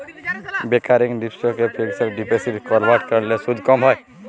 recurring ডিপসিটকে fixed ডিপসিটে convert ক্যরলে সুদ ক্যম হ্যয়